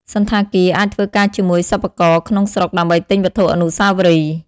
សណ្ឋាគារអាចធ្វើការជាមួយសិប្បករក្នុងស្រុកដើម្បីទិញវត្ថុអនុស្សាវរីយ៍។